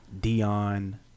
Dion